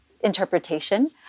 interpretation